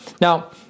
Now